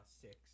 six